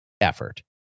effort